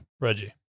Reggie